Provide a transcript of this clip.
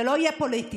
זה לא יהיה פוליטי.